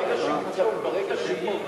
ברגע שהיא פה,